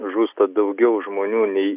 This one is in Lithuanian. žūsta daugiau žmonių nei